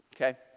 Okay